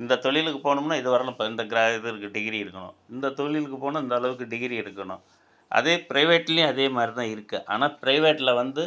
இந்தத் தொழிலுக்கு போகணுமுன்னா இது வரைலும் இப்போ இந்த க்ர இது இருக்குது டிகிரி இருக்கணும் இந்த தொழிலுக்கு போகணுன்னா இந்த அளவுக்கு டிகிரி இருக்கணும் அதே ப்ரைவேட்லையும் அதே மாதிரி தான் இருக்குது ஆனால் ப்ரைவேட்டில் வந்து